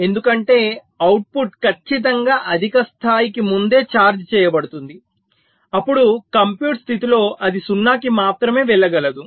ఎందుకంటే అవుట్పుట్ ఖచ్చితంగా అధిక స్థాయికి ముందే ఛార్జ్ చేయబడుతుంది అప్పుడు కంప్యూట్ స్థితిలో అది 0 కి మాత్రమే వెళ్ళగలదు